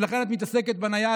ולכן את מתעסקת בנייד,